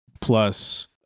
plus